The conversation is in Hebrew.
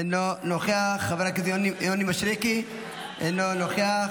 אינו נוכח, חבר הכנסת יוני מישרקי, אינו נוכח.